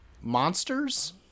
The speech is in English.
Monsters